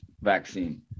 vaccine